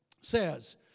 says